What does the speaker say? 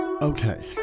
Okay